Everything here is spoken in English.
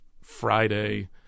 friday